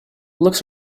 looks